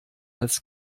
als